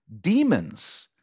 demons